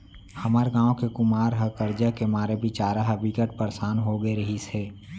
हमर गांव के कुमार ह करजा के मारे बिचारा ह बिकट परसान हो गे रिहिस हे